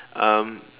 um